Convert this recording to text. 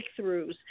breakthroughs